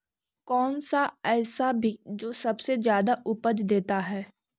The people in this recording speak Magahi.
कौन सा ऐसा भी जो सबसे ज्यादा उपज देता है?